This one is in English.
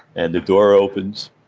and the door opens,